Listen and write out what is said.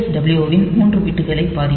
W வின் 3 பிட்களை பாதிக்கும்